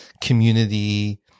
community